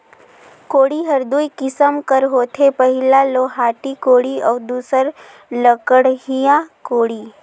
कोड़ी हर दुई किसिम कर होथे पहिला लोहाटी कोड़ी अउ दूसर लकड़िहा कोड़ी